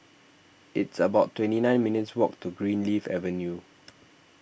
it's about twenty nine minutes' walk to Greenleaf Avenue